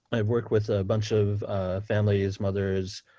i've worked with a bunch of families mothers,